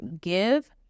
give